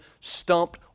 stumped